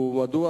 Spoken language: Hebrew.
ומדוע,